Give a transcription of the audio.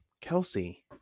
Kelsey